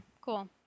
Cool